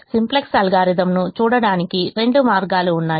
simplex algorithm ను చూడటానికి రెండు మార్గాలు ఉన్నాయి